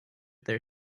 their